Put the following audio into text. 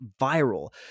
viral